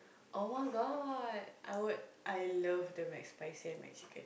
oh-my-god I would I love the McSpicy and McChicken